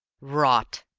rot!